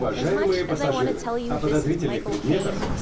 as much as i want to tell you this is michael caine.